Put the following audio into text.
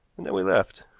and then we left.